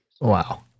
Wow